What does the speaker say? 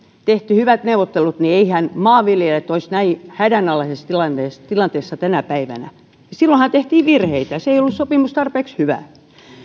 tehty hyvät neuvottelut niin eiväthän maanviljelijät olisi näin hädänalaisessa tilanteessa tilanteessa tänä päivänä silloinhan tehtiin virheitä se sopimus ei ollut tarpeeksi hyvä